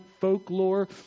folklore